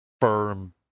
firm